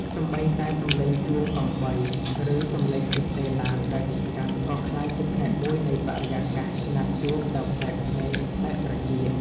សូម្បីតែសំឡេងជួងកង់បី ឬសម្លេងស៊ីផ្លេឡានដែលជិះកាត់ ក៏ក្លាយជាផ្នែកមួយនៃបរិយាកាសណាត់ជួបដ៏ប្លែកភ្នែកប្លែកត្រចៀក។